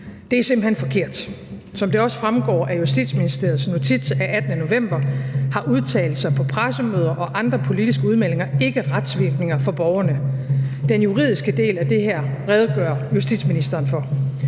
Det er simpelt hen forkert. Som det også fremgår af Justitsministeriets notits af 18. november har udtalelser på pressemøder og andre politiske udmeldinger ikke retsvirkning for borgerne. Den juridiske del af det her redegør justitsministeren for.